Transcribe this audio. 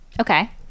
Okay